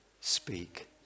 speak